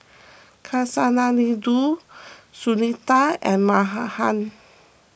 Kasinadhuni Sunita and